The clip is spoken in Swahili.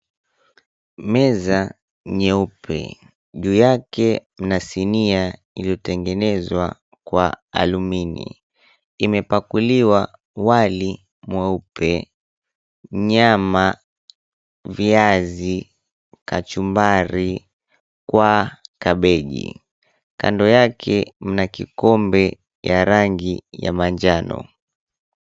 Meza nyeupe, juu yake mna sinia iliyotengenezwa kwa alumini. Imepakuliwa wali mweupe, nyama, viazi, kachumbari kwa kabeji. Kando yake mna kikombe ya rangi ya manjano.